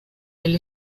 del